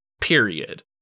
Period